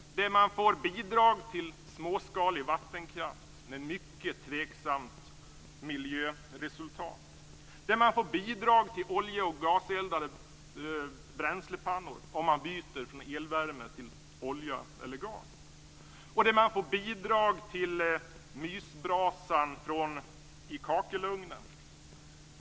Man får bidrag till småskalig vattenkraft med mycket tveksamt miljöresultat. Man får bidrag till olje och gaseldade bränslepannor om man byter från elvärme till olja eller gas. Man får bidrag till mysbrasan i kakelugnen.